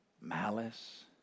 malice